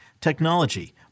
technology